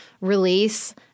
release